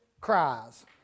cries